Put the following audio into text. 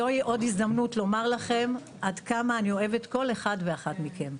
זוהי עוד הזדמנות לומר לכם עד כמה אני אוהבת כל אחד ואחת מכם.